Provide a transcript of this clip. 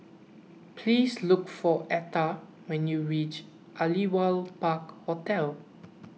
please look for Atha when you reach Aliwal Park Hotel